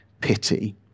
pity